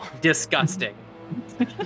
Disgusting